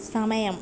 സമയം